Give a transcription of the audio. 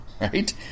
right